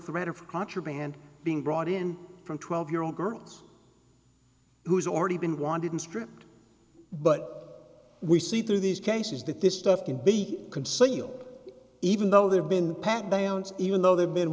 forever for contraband being brought in from twelve year old girls who's already been wanted and stripped but we see through these cases that this stuff can be concealed even though they're been pat downs even though they've